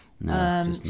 No